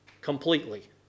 completely